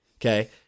Okay